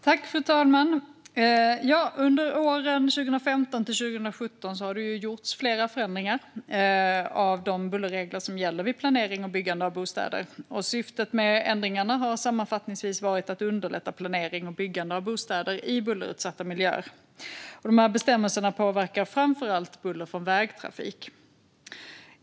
Fru talman! Under åren 2015-2017 har det gjorts flera förändringar av de bullerregler som gäller vid planering och byggande av bostäder. Syftet med ändringarna har sammanfattningsvis varit att underlätta planering och byggande av bostäder i bullerutsatta miljöer. De här bestämmelserna rör framför allt buller från vägtrafik.